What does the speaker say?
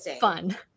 fun